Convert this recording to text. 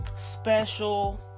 Special